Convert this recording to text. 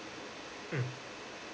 mm